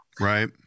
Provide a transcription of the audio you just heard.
Right